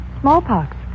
Smallpox